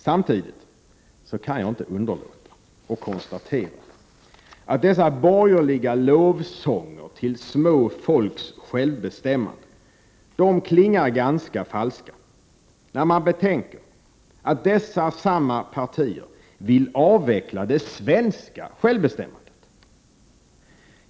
Samtidigt kan jag inte underlåta att konstatera att de borgerligas lovsånger till små folks självbestämmande klingar ganska falska, när man betänker att dessa samma partier vill avveckla det svenska självbestämmandet.